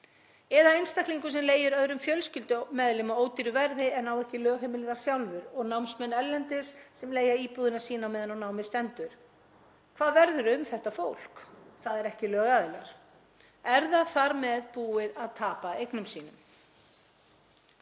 að einstaklingur leigir öðrum fjölskyldumeðlim íbúð ódýru verði en á ekki lögheimili þar sjálfur eða að námsmenn erlendis leigja íbúðina sína meðan á námi stendur. Hvað verður um þetta fólk? Það er ekki lögaðilar. Er það þar með búið að tapa eignum sínum?